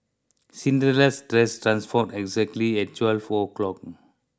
Cinderella's dress transformed exactly at twelve o'clock